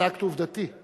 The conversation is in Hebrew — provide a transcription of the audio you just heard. זה אקט עובדתי.